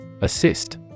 Assist